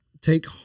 take